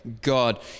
God